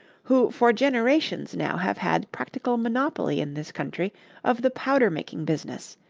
who for generations now have had practical monopoly in this country of the powder-making business,